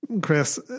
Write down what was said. Chris